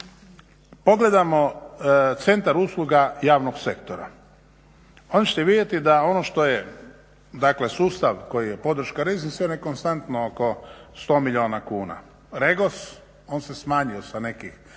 pogledamo centar usluga javnog sektora, onda ćete vidjeti da ono što je dakle sustav koji je podrška … konstantno oko 100 milijuna kuna. REGOS on se smanjio sa nekih